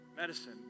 medicine